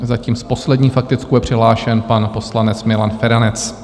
Zatím poslední s faktickou je přihlášen pan poslanec Milan Feranec.